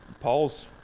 Paul's